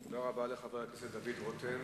תודה רבה לחבר הכנסת דוד רותם.